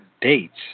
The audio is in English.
dates